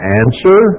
answer